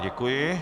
Děkuji.